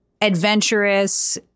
adventurous